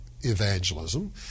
evangelism